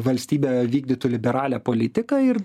valstybė vykdytų liberalią politiką ir